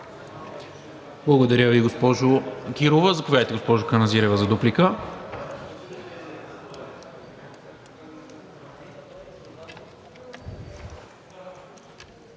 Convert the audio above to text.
Благодаря Ви, госпожо Кирова. Заповядайте, госпожо Каназирева, за дуплика.